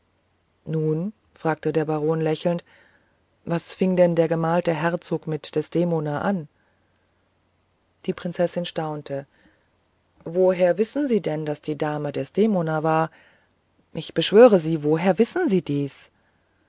nun fragte der baron lächelnd was fing denn der gemalte herzog mit desdemona an die prinzessin staunte woher wissen sie denn daß die dame desdemona ist ich beschwöre sie woher wissen sie dies